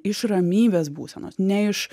iš ramybės būsenos ne iš